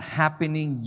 happening